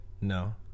No